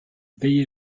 payait